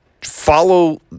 follow